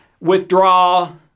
withdraw